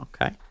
Okay